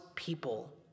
People